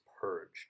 purged